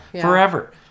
Forever